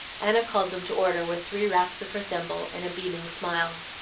anna called them to order with three raps of her thimble and a beaming smile.